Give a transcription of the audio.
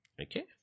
Okay